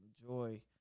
enjoy